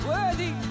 Worthy